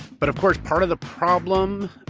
but of course, part of the problem